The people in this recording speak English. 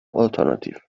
alternative